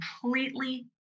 completely